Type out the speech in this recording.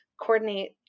coordinate